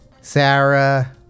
Sarah